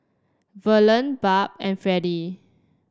Verlene Barb and Fredie